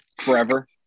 forever